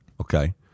okay